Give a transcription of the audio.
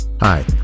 Hi